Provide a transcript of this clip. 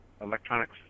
electronics